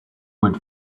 would